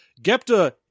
Gepta